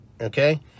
Okay